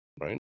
Right